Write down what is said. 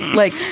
like,